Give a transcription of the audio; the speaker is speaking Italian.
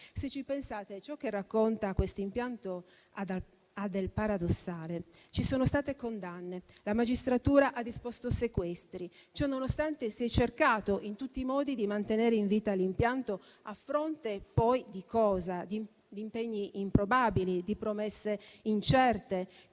Se ci pensate, ciò che racconta questo impianto ha del paradossale: ci sono state condanne, la magistratura ha disposto sequestri e ciò nonostante si è cercato in tutti i modi di mantenere in vita l'impianto a fronte, poi, di cosa? Di impegni improbabili, di promesse incerte.